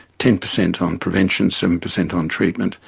ten per cent on prevention, seven per cent on treatment,